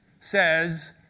says